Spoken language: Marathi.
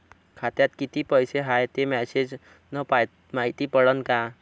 खात्यात किती पैसा हाय ते मेसेज न मायती पडन का?